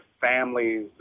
families